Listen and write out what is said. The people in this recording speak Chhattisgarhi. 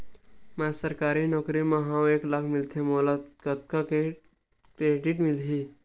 मैं सरकारी नौकरी मा हाव एक लाख मिलथे मोला कतका के क्रेडिट मिलही?